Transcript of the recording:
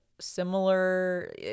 similar